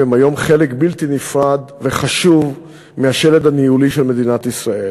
והם היום חלק בלתי נפרד וחשוב מהשלד הניהולי של מדינת ישראל,